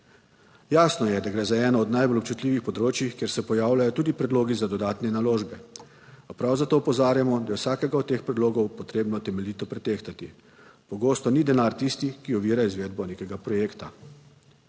Jasno je, da gre za eno od najbolj občutljivih področij, kjer se pojavljajo tudi predlogi za dodatne naložbe, a prav zato opozarjamo, da je vsakega od teh predlogov potrebno temeljito pretehtati. Pogosto ni denar tisti, ki ovira izvedbo nekega projekta,